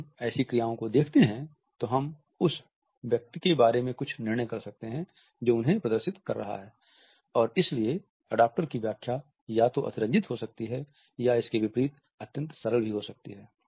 जब हम ऐसी क्रियाओं को देखते हैं तो हम उस व्यक्ति के बारे में कुछ निर्णय कर सकते हैं जो उन्हें प्रदर्शित कर रहा है और इसलिए अडॉप्टर की व्याख्या या तो अतिरंजित हो सकती है या इसके विपरीत अत्यंत सरल भी हो सकती है